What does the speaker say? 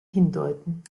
hindeuten